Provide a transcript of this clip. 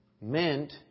meant